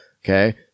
Okay